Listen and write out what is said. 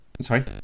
Sorry